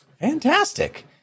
Fantastic